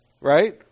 right